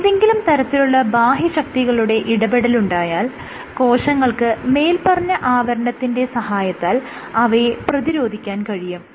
ഏതെങ്കിലും തരത്തിലുള്ള ബാഹ്യശക്തികളുടെ ഇടപെടലുണ്ടായാൽ കോശങ്ങൾക്ക് മേല്പറഞ്ഞ ആവരണത്തിന്റെ സഹായത്താൽ അവയെ പ്രതിരോധിക്കാൻ കഴിയും